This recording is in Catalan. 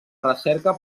recerca